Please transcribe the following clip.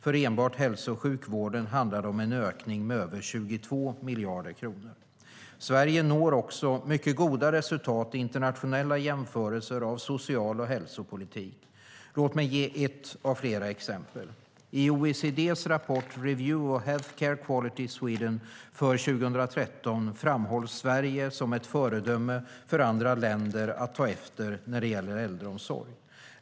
För enbart hälso och sjukvården handlar det om en ökning med över 22 miljarder kronor. Sverige når också mycket goda resultat i internationella jämförelser av social och hälsopolitik. Låt mig ge ett av flera exempel. I OECD:s rapport Review of Health Care Quality: Sweden 2013 framhålls Sverige som ett föredöme för andra länder att ta efter när det gäller äldreomsorg.